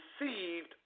received